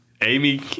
Amy